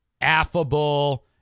affable